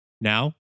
Now